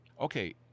okay